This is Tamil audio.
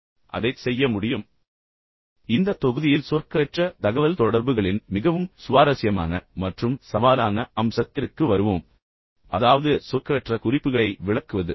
இப்போது இந்த தொகுதியில் சொற்களற்ற தகவல்தொடர்புகளின் மிகவும் சுவாரஸ்யமான மற்றும் சவாலான அம்சத்திற்கு வருவோம் அதாவது சொற்களற்ற குறிப்புகளை விளக்குவது